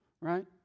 right